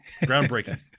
Groundbreaking